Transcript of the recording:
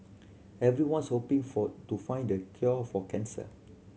everyone's hoping for to find the cure for cancer